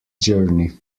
journey